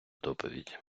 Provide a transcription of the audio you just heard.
доповідь